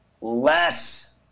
less